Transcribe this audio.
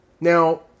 Now